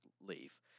Leave